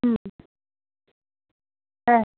হুম হ্যাঁ